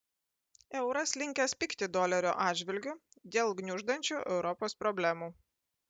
euras linkęs pigti dolerio atžvilgiu dėl gniuždančių europos problemų